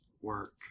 work